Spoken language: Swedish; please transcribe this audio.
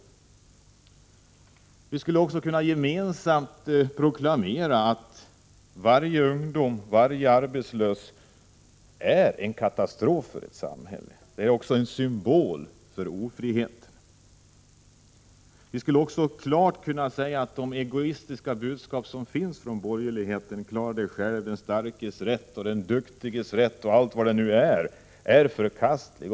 Gemensamt skulle vi också kunna proklamera att varje arbetslös ungdom är en katastrof för ett samhälle. Arbetslösheten är en symbol för ofriheten. Vi skulle också klart kunna visa att de egoistiska borgerliga budskapen om att man skall klara sig själv och om den starkes rätt är förkastliga.